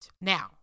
Now